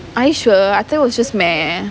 are you sure I thought it was just meh